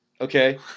okay